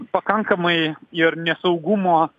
pakankamai ir nesaugumo